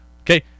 Okay